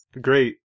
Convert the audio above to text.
great